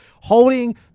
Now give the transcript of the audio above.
holding